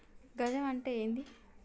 గజం అంటే ఏంది?